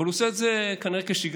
אבל הוא עושה את זה כנראה כשגרה,